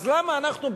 אז למה אנחנו,